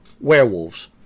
werewolves